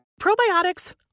Probiotics